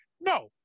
No